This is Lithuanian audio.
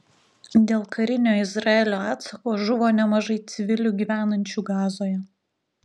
dėl karinio izraelio atsako žuvo nemažai civilių gyvenančių gazoje